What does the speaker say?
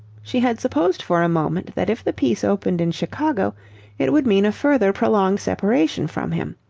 she had supposed for a moment that if the piece opened in chicago it would mean a further prolonged separation from him.